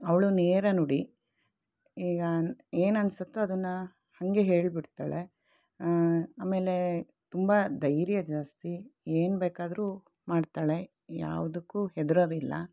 ಅವಳು ನೇರ ನುಡಿ ಈಗ ಏನು ಅನ್ನಿಸುತ್ತೋ ಅದನ್ನು ಹಾಗೆ ಹೇಳಿಬಿಡ್ತಾಳೆ ಆಮೇಲೆ ತುಂಬ ಧೈರ್ಯ ಜಾಸ್ತಿ ಏನು ಬೇಕಾದರೂ ಮಾಡ್ತಾಳೆ ಯಾವುದಕ್ಕೂ ಹೆದರೋದಿಲ್ಲ